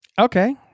Okay